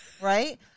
right